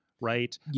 right